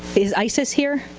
is isis here?